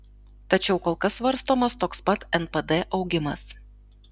tačiau kol kas svarstomas toks pat npd augimas